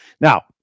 now